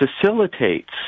facilitates